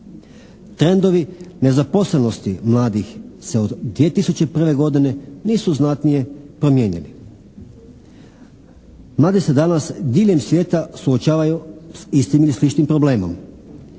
Trendovi nezaposlenosti mladih se od 2001. godine nisu znatnije promijenili. Mladi se danas diljem svijeta suočavaju s istim ili sličnim problemom.